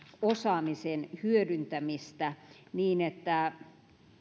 osaamisen hyödyntämistä niin että